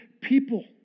people